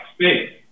space